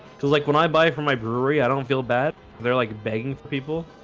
too like when i buy from my brewery, i don't feel bad. they're like begging for people.